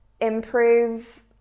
improve